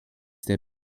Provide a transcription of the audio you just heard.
der